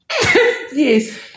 Yes